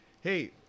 Hey